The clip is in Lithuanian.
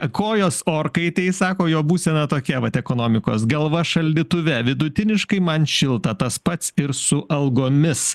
kojos orkaitėje sako jo būsena tokia vat ekonomikos galva šaldytuve vidutiniškai man šilta tas pats ir su algomis